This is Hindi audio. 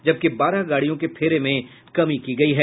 जबकि बारह गाड़ियों के फेरे में कमी की गयी है